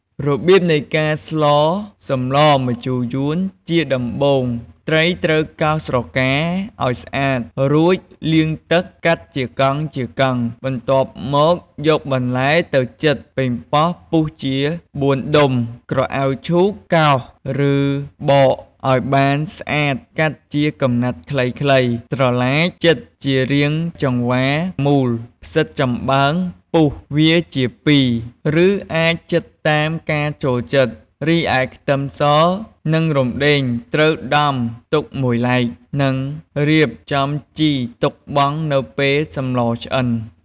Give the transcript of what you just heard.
រប្រៀបនៃការស្លសម្លម្ជូរយួន ជាដំបូងត្រីត្រូវកោសស្រកាឱ្យស្អាតរួចលាងទឹកកាត់ជាកង់ៗ បន្ទាប់មកយកបន្លែទៅចិត ប៉េងប៉ោះពុះជាបួនដុំ ក្រអៅឈូកកោតឬបកឱ្យបានស្អាតកាត់ជាកំណាត់ខ្លីៗ ត្រឡាចចិតជារាងចង្វាមូល ផ្សីតចំបើងពុះវាជាពីរឬអាចចិតតាមការចូលចិត្ត រីឯខ្ទឹមសនិងរំដេងត្រូវដំទុកមួយឡែក និងរៀបចំជីទុកបង់នៅពេលសម្លឆ្អិន។